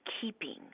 keeping